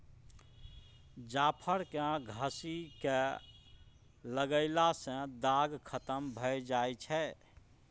जाफर केँ घसि कय लगएला सँ दाग खतम भए जाई छै